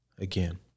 again